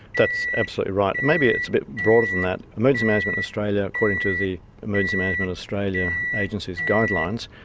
that's absolutely right. maybe it's a bit broader than that. emergency management australia, according to the emergency management australia agency's guidelines,